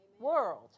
World